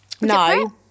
No